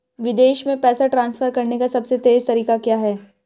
विदेश में पैसा ट्रांसफर करने का सबसे तेज़ तरीका क्या है?